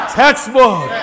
textbook